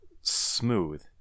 smooth